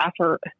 effort